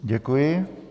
Děkuji.